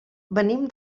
venim